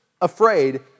afraid